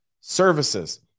services